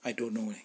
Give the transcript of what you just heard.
I don't know eh